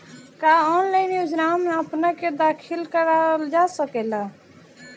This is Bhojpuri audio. का ऑनलाइन योजनाओ में अपना के दाखिल करल जा सकेला?